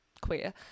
Queer